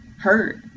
hurt